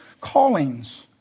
callings